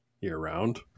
year-round